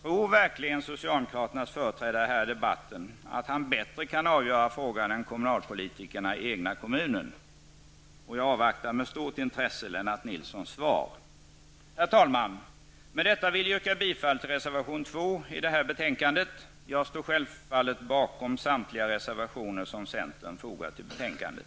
Tror verkligen socialdemokraternas företrädare här i debatten att han bättre kan avgöra frågan än kommunalpolitikerna i den egna kommunen? Jag avvaktar med stort intresse Herr talman! Med det anförda vill jag yrka bifall till reservation 2 till detta betänkande. Jag står självfallet bakom samtliga reservationer som centern fogat till betänkandet.